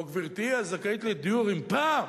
או: גברתי הזכאית לדיור, אם פעם